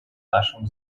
нашем